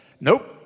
Nope